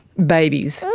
babies.